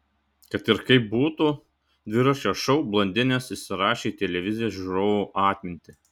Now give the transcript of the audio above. kad ir kaip būtų dviračio šou blondinės įsirašė į televizijos žiūrovų atmintį